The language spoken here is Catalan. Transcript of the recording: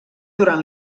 durant